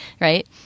Right